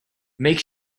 make